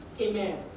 Amen